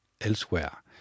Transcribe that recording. elsewhere